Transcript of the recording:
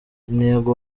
intego